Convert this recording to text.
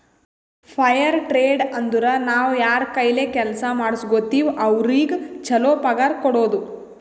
fire trade ಅಂದುರ್ ನಾವ್ ಯಾರ್ ಕೈಲೆ ಕೆಲ್ಸಾ ಮಾಡುಸ್ಗೋತಿವ್ ಅವ್ರಿಗ ಛಲೋ ಪಗಾರ್ ಕೊಡೋದು